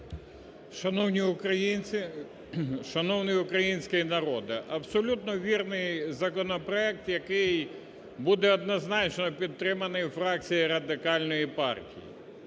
Шановні українці, шановний український народе! Абсолютно вірний законопроект, який буде однозначно підтриманий у фракції Радикальної партії.